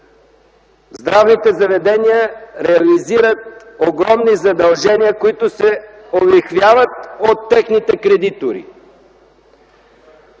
Здравните заведения реализират огромни задължения, които се олихвяват от техните кредитори.